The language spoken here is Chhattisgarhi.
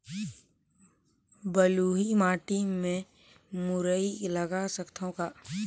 बलुही माटी मे मुरई लगा सकथव का?